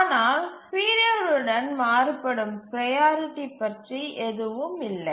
ஆனால் நேரத்துடன் மாறுபடும் ப்ரையாரிட்டி பற்றி எதுவும் இல்லை